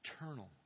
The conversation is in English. eternal